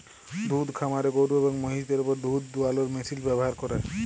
দুহুদ খামারে গরু এবং মহিষদের উপর দুহুদ দুয়ালোর মেশিল ব্যাভার ক্যরে